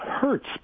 hurts